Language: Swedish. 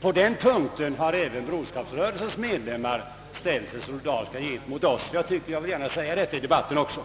På den punkten har Broderskapsrörelsens medlemmar som sagt ställt sig solidariska med oss. Jag har gärna velat säga detta i denna debatt.